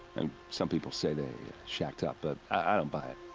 and. some people say they. shacked up, but i don't buy it.